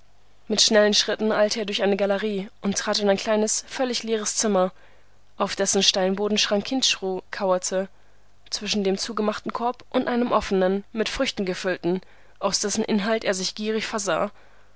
mit schnellen schritten eilte er durch eine galerie und trat in ein kleines völlig leeres zimmer auf dessen steinboden chranquinchru kauerte zwischen dem zugemachten korb und einem offenen mit früchten gefüllten aus dessen inhalt er sich gierig versah